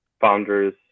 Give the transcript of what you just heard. founders